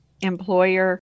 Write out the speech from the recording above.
employer